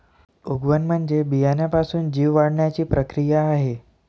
उगवण म्हणजे बियाण्यापासून जीव वाढण्याची प्रक्रिया आहे